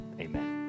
Amen